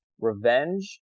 revenge